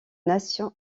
nations